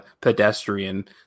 pedestrian